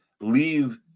leave